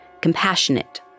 Compassionate